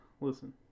Listen